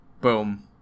Boom